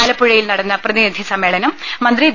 ആലപ്പുഴയിൽ നടന്ന പ്രതിനിധി സമ്മേളനം മന്ത്രി വി